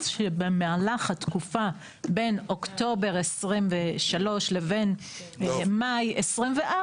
שבמהלך התקופה בין אוקטובר 2023 לבין מאי 2024,